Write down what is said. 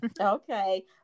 Okay